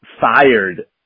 fired